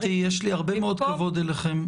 גבירתי, יש לי הרבה מאוד כבוד אליכם.